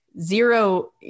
zero